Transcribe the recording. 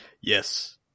Yes